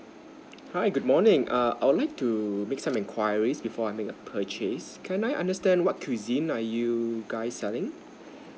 hi good morning err I would like to make some enquiries before I make a purchase can I understand what cuisine are you guys selling